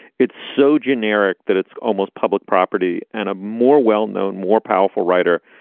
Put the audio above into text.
it's so generic that it's almost public property and a more well-known, more powerful writer